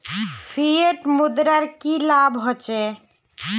Fiat मुद्रार की लाभ होचे?